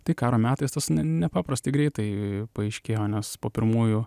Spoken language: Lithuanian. tai karo metais tas nepaprastai greitai paaiškėjo nes po pirmųjų